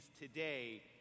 today